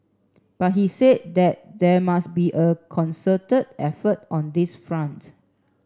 but he said that there must be a concerted effort on this front